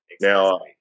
Now